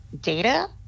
data